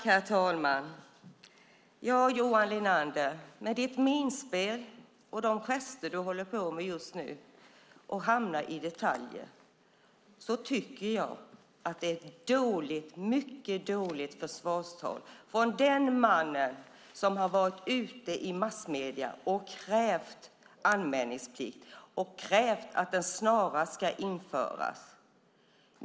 Herr talman! Ditt minspel och de gester du håller på med just nu, Johan Linander, och ditt sätt att hamna i detaljer tycker jag är ett mycket dåligt försvarstal från den man som varit ute i massmedierna och krävt anmälningsplikt och krävt att den snarast ska införas.